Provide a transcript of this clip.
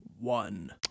one